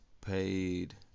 paid